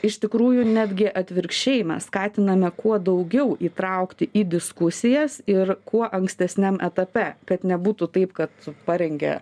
iš tikrųjų netgi atvirkščiai mes skatiname kuo daugiau įtraukti į diskusijas ir kuo ankstesniam etape kad nebūtų taip kad parengia